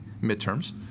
midterms